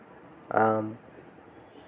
ᱟᱢ